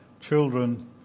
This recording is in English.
Children